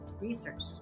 research